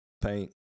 paint